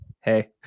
hey